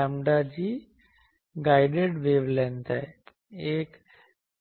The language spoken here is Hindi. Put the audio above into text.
𝛌g गाइडेड वेवलेंथ है एक